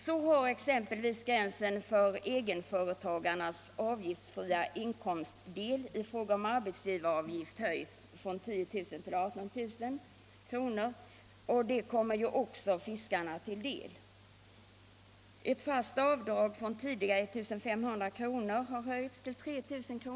Så har exempelvis gränsen för egenföretagarnas avgiftsfria inkomstdel i fråga om arbetsgivaravgift höjts från 10 000 kr. till 18 000 kr., vilket också kommer fiskarna till del, ett fast avdrag om tidigare 1 500 kr. har höjts till 3 000 kr.